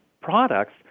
products